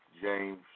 James